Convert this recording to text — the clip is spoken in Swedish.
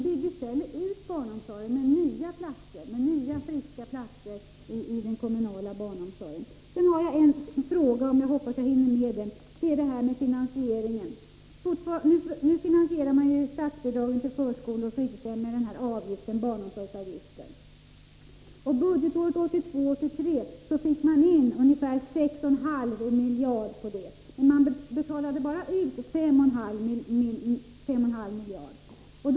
Bygg i stället ut den kommunala barnomsorgen med nya friska platser! Sedan har jag en fråga som gäller finansieringen. Nu finansieras statsbidragen till förskolor och fritidshem med barnomsorgsavgiften. Budgetåret 1982/83 fick man in ungefär 6,5 miljarder på det, men man betalade ut bara 5,5 miljarder.